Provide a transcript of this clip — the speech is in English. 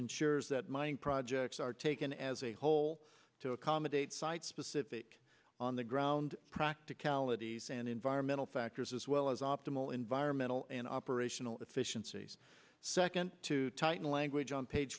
ensures that mining projects are taken as a whole to accommodate site specific on the ground practicalities and environmental factors as well as optimal environmental and operational efficiencies second to tighten language on page